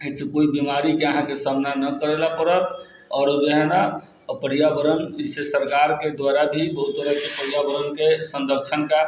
एहिसँ कोइ बिमारीके अहाँके सामना नहि करैलए पड़त आओर इएह नहि पर्यावरण एहिसँ सरकारके द्वारा भी बहुत तरहके पर्यावरणके संरक्षण कऽ